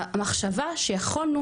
המחשבה שיכולנו,